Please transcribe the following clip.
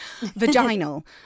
Vaginal